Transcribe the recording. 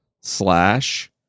slash